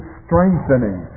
strengthening